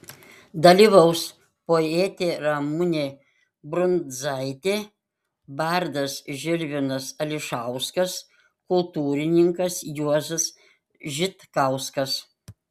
dalyvaus poetė ramunė brundzaitė bardas žilvinas ališauskas kultūrininkas juozas žitkauskas